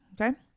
okay